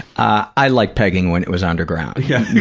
i liked pegging when it was underground. yeah